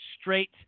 straight